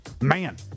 Man